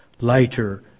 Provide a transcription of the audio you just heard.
lighter